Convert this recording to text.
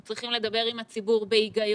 אנחנו צריכים לדבר עם הציבור בהיגיון,